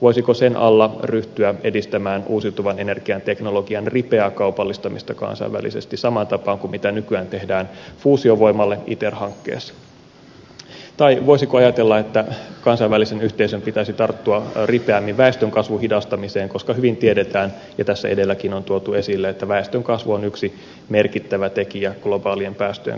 voisiko sen alla ryhtyä edistämään uusiutuvan energian teknologian ripeää kaupallistamista kansainvälisesti samaan tapaan kuin nykyään tehdään fuusiovoimalle iter hankkeessa tai voisiko ajatella että kansainvälisen yhteisön pitäisi tarttua ripeämmin väestönkasvun hidastamiseen koska hyvin tiedetään ja tässä edelläkin on tuotu esille että väestönkasvu on yksi merkittävä tekijä globaalien päästöjen kasvussa